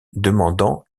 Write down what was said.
demandant